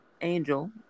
angel